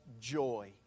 joy